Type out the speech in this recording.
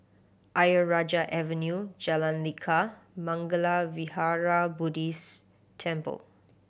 Ayer Rajah Avenue Jalan Lekar Mangala Vihara Buddhist Temple